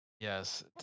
Yes